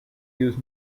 use